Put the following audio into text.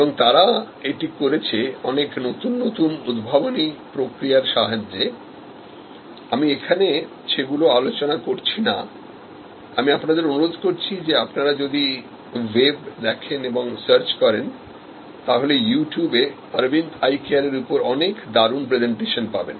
এবং তারা এটা করেছে অনেক নতুন নতুন উদ্ভাবনী প্রক্রিয়ার সাহায্যে আমি এখানে সেগুলো আলোচনা করছি না আমি আপনাদের অনুরোধ করছি যে আপনারা যদি ওয়েব দেখেন এবং সার্চ করেন তাহলে ইউটিউবে Aravind Eye Care এর উপর অনেক দারুন প্রেজেন্টেশন পাবেন